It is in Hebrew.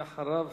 ואחריו,